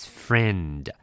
friend